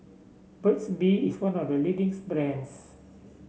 Burt's Bee is one of the leading's brands